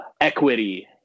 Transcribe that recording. equity